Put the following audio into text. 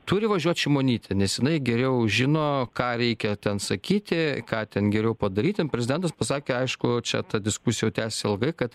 turi važiuot šimonytė nes jinai geriau žino ką reikia ten sakyti ką ten geriau padaryt ten prezidentas pasakė aišku čia ta diskusija jau tęsias ilgai kad